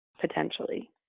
potentially